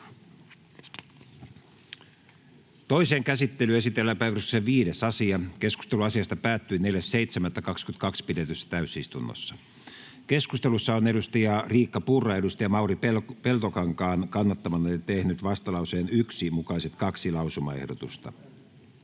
Toiseen käsittelyyn esitellään päiväjärjestyksen 5. asia. Keskustelu asiasta päättyi 4.7.2022 pidetyssä täysistunnossa. Keskustelussa on Riikka Purra Mauri Peltokankaan kannattamana tehnyt vastalauseen 1 mukaiset kaksi lausumaehdotusta.